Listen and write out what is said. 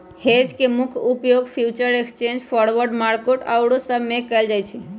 hedge के मुख्य उपयोग फ्यूचर एक्सचेंज, फॉरवर्ड मार्केट आउरो सब में कएल जाइ छइ